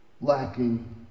Lacking